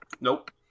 Nope